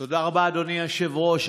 תודה רבה, אדוני היושב-ראש.